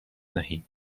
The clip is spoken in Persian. نهید